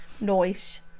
Noise